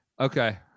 Okay